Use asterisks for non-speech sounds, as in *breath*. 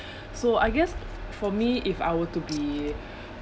*breath* so I guess for me if I were to be